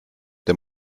der